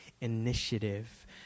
initiative